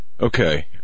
Okay